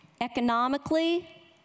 economically